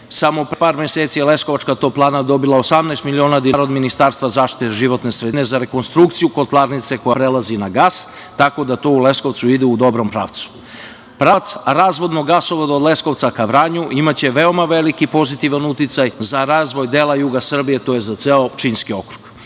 pre par meseci leskovačka toplana dobila 18 miliona dinara od Ministarstva za zaštitu životne sredine za rekonstrukciju kotlarnice koja prelazi na gas, tako da to u Leskovcu ide u dobrom pravcu. Pravac razvodnog gasovoda od Leskovca ka Vranju imaće veoma veliki pozitivan uticaj za razvoj dela juga Srbije tj. za ceo Pčinjski okrug.